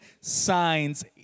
signs